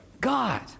God